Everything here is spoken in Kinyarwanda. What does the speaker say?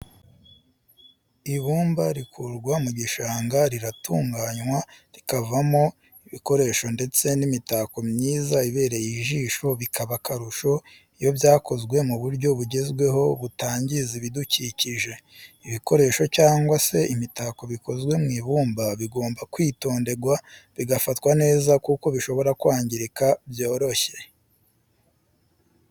Ibumba rikurwa mu gishanga riratunganywa rikavamo ibikoresho ndetse n'imitako myiza ibereye ijisho bikaba akarusho iyo byakozwe mu buryo bugezweho butangiza ibidukikije. ibikoresho cyangwa se imitako bikozwe mu ibumba bigomba kwitonderwa bigafatwa neza kuko bishobora kwangirika byoroshye.